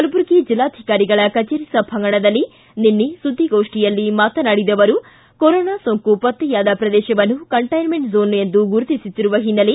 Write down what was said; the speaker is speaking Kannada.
ಕಲಬುರಗಿ ಜಿಲ್ಲಾಧಿಕಾರಿಗಳ ಕಚೇರಿ ಸಭಾಂಗಣದಲ್ಲಿ ನಿನ್ನೆ ಸುದ್ಗಿಗೋಷ್ಟಿಯಲ್ಲಿ ಮಾತನಾಡಿದ ಅವರು ಕೊರೋನಾ ಸೊಂಕು ಪತ್ತೆಯಾದ ಪ್ರದೇಶವನ್ನು ಕಂಟೈನ್ಮೆಂಟ್ ಝೋನ್ ಎಂದು ಗುರುತಿಸುತ್ತಿರುವ ಹಿನ್ನೆಲೆ